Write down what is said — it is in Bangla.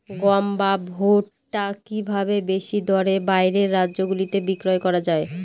গম বা ভুট্ট কি ভাবে বেশি দরে বাইরের রাজ্যগুলিতে বিক্রয় করা য়ায়?